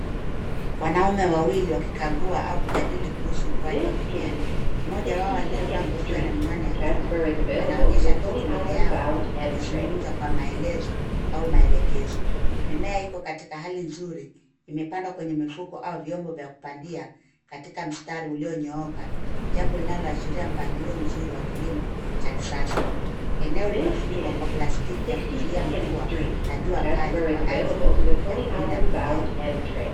Wanaume wawili wakikagua au kujadili kuhusu ukuaji wa mimea. Mmoja wao aliyevaa kofia na miwani ya jua anaonyesha kitu mbele yao akizungumza kwa maelezo au maelekezo. Mimea iko katika hali nzuri imepandwa kwenye mifuko au vyombo vya kupandia katika mstari ulionyooka jambo linaloashiria mpangilio mzuri wa kilimo cha kisasa. Eneo limefunikwa kwa plastiki ya kuzuia mvua najua kali kwa ajili ya kulinda mimea.